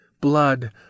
Blood